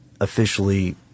officially